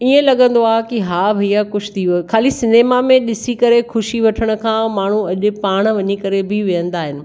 ईअं लगंदो आहे की हा भईया ख़ुश थी वियो ख़ाली सिनेमा में ॾिसी करे ख़ुशी वठण खां माण्हू अॼु पाण वञी करे बि विहंदा आहिनि